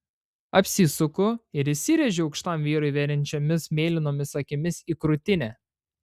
apsisuku ir įsirėžiu aukštam vyrui veriančiomis mėlynomis akimis į krūtinę